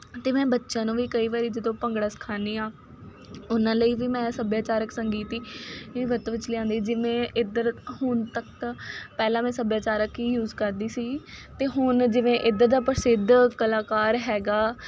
ਅਤੇ ਮੈਂ ਬੱਚਿਆਂ ਨੂੰ ਵੀ ਕਈ ਵਾਰੀ ਜਦੋਂ ਭੰਗੜਾ ਸਿਖਾਉਂਦੀ ਹਾਂ ਉਹਨਾਂ ਲਈ ਵੀ ਮੈਂ ਸੱਭਿਆਚਾਰਕ ਸੰਗੀਤ ਹੀ ਵਰਤੋਂ ਵਿੱਚ ਲਿਆਉਂਦੀ ਜਿਵੇਂ ਇੱਧਰ ਹੁਣ ਤੱਕ ਪਹਿਲਾਂ ਮੈਂ ਸੱਭਿਆਚਾਰਕ ਹੀ ਯੂਜ ਕਰਦੀ ਸੀਗੀ ਅਤੇ ਹੁਣ ਜਿਵੇਂ ਇੱਧਰ ਦਾ ਪ੍ਰਸਿੱਧ ਕਲਾਕਾਰ ਹੈਗਾ